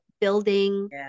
building